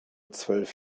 zwölf